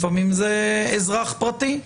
לפעמים זה אזרח פרטי.